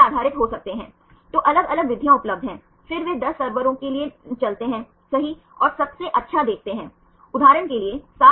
तो आप Cα देख सकते हैं एक तरफ हाइड्रोजन है एक तरफ यह R समूह है यहाँ देखें आप O देख सकते हैं यहाँ N आप H को देख सकते हैं